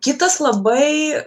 kitas labai